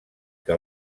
que